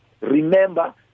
Remember